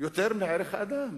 יותר מערך האדם.